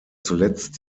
zuletzt